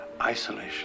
isolation